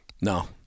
No